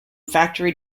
factory